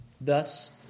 Thus